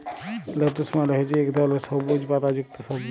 lettuce মালে হছে ইক ধরলের সবুইজ পাতা যুক্ত সবজি